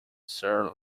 sir